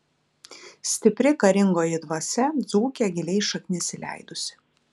stipri karingoji dvasia dzūke giliai šaknis įleidusi